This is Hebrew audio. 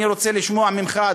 אני רוצה לשמוע ממך,